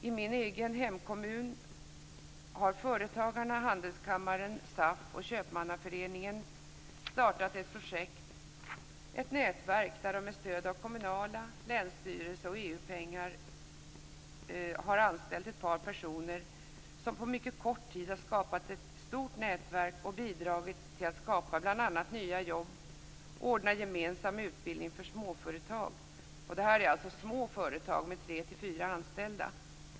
I min hemkommun har Företagarna, Handelskammaren, SAF och Köpmannaföreningen startat ett projekt, ett nätverk, där de med stöd av kommun, länsstyrelse och EU-pengar anställt ett par personer som på mycket kort tid har skapat ett stort nätverk och bidragit till att skapa bl.a. nya jobb och ordna gemensam utbildning för småföretag. Det gäller då små företag med tre-fyra anställda.